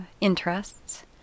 interests